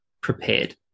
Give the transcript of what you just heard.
prepared